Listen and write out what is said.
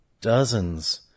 dozens